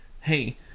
hey